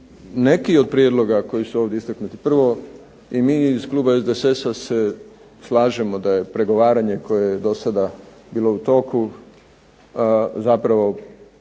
neki od prijedloga koji su ovdje istaknuti, prvo i mi iz kluba SDSS-a se slažemo da je pregovaranje koje je do sada bilo u toku zapravo značajno